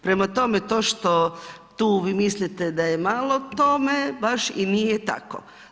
Prema tome, to što tu vi mislite da je malo tome baš i nije tako.